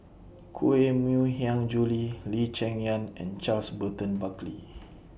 Koh Mui Hiang Julie Lee Cheng Yan and Charles Burton Buckley